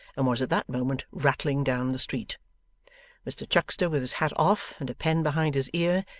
and was at that moment rattling down the street mr chuckster, with his hat off and a pen behind his ear,